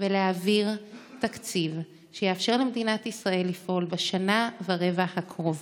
ולהעביר תקציב שיאפשר למדינת ישראל לפעול בשנה ורבע הקרובות.